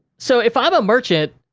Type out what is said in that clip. so, if i'm a merchant,